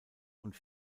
und